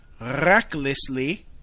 recklessly